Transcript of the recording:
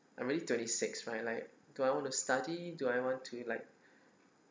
I'm already twenty six I'm like do I want to study do I want to like